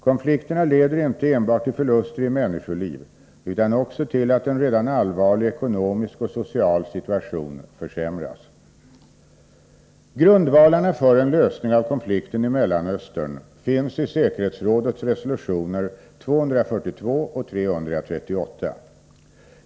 Konflikterna leder inte enbart till förluster i människoliv utan också till att en redan allvarlig ekonomisk och social situation försämras. 'Grundvalarna för en lösning av konflikten i Mellanöstern finns i säkerhetsrådets resolutioner 242 och 338.